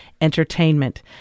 Entertainment